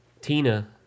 Tina